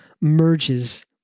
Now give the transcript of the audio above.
merges